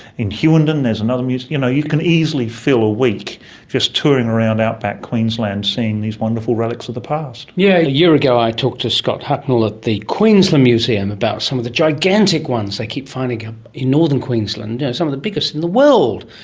in hughenden there's another museum. you know, you can easily fill a week just touring around outback queensland seeing these wonderful relics of the past. yes, yeah a year ago i talked to scott hucknell at the queensland museum about some of the gigantic ones they keep finding up in northern queensland, some of the biggest in the world.